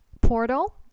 portal